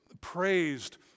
praised